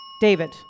David